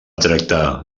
tractar